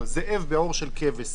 היא לא רק לדון בכל השיגעונות